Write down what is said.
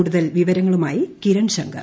കൂടുതൽ വിവരങ്ങളുമായി കിരൺ ശങ്കർ